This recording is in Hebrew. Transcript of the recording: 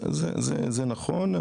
זה נכון,